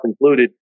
included